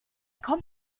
kommt